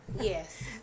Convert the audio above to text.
Yes